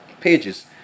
pages